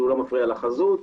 שאינו מפריע לחזות,